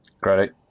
Great